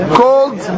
called